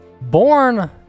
born